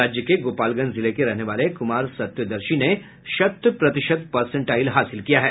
राज्य के गोपालगंज जिले के रहने वाले कुमार सत्यदर्शी ने शत प्रतिशत परसेंटाइल हासिल किया है